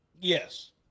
Yes